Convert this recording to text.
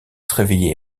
réveillés